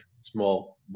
small